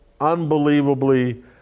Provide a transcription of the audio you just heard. unbelievably